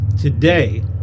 today